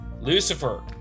lucifer